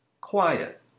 Quiet